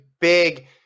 big